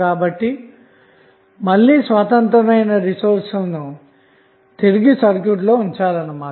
కాబట్టి మేము మళ్ళీ స్వతంత్రమైన రిసోర్స్ లను తిరిగి సర్క్యూట్లో ఉంచాలన్నమాట